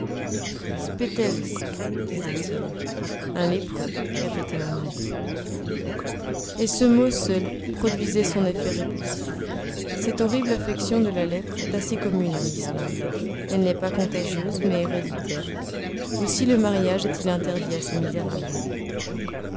spetelsk disait-il un lépreux répétait mon oncle et ce mot seul produisait son effet répulsif cette horrible affection de la lèpre est assez commune en islande elle n'est pas contagieuse mais héréditaire aussi le mariage est-il interdit à ces misérables